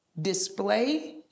display